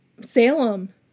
salem